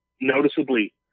noticeably